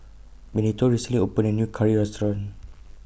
Benito recently opened A New Curry Restaurant